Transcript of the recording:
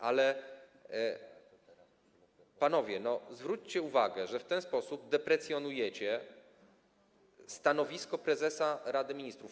Ale, panowie, zwróćcie uwagę, że w ten sposób deprecjonujecie stanowisko prezesa Rady Ministrów.